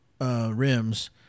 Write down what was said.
rims